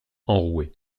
enrouée